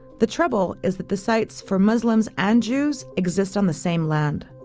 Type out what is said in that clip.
the trouble is that the sites for muslims and jews exist on the same land.